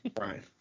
Right